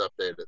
updated